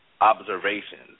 observations